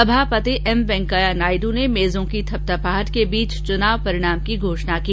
सभापति एम वेंकैया नायड ने मेजों की थपथपाहट के बीच चुनाव परिणाम की घोषणा की